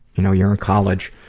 you know, you're in college